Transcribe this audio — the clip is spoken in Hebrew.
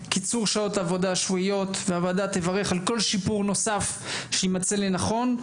קיצור שעות עבודה שבועיות והוועדה תברך על כל שיפור נוסף שיימצא לנכון.